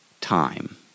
time